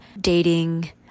dating